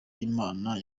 imana